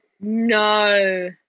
No